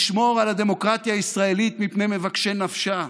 לשמור על הדמוקרטיה הישראלית מפני מבקשי נפשה,